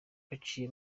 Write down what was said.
baciye